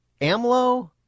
Amlo